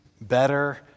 better